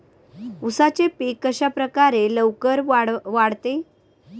उसाचे पीक कशाप्रकारे लवकर वाढते?